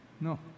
No